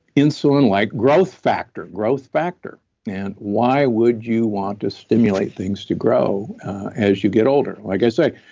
insulin-like growth factor, growth factor and why would you want to stimulate things to grow as you get older. like i say,